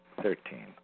Thirteen